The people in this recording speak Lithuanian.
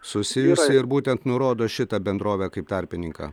susijusi ir būtent nurodo šitą bendrovę kaip tarpininką